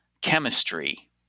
chemistry